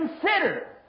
consider